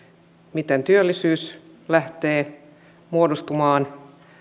miten työllisyys lähtee muodostumaan